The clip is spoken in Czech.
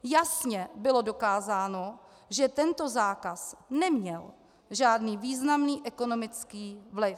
Jasně bylo dokázáno, že tento zákaz neměl žádný významný ekonomický vliv.